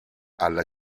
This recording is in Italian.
alla